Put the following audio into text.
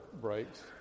breaks